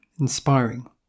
inspiring